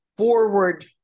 forward